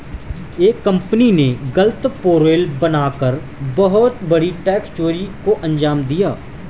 एक कंपनी ने गलत पेरोल बना कर बहुत बड़ी टैक्स चोरी को अंजाम दिया